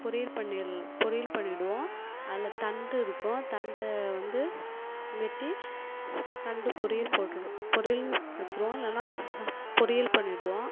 பொரியல் பண்ணிட்டு பொரியல் பண்ணிவிடுவோம் அதில் தண்டு இருக்கும் தண்டை வந்து வெட்டி தண்டு பொரியல் போட்டுவிடு பொரியல் வச்சுருவோம் இல்லைன்னா சா பொரியல் பண்ணிவிடுவோம்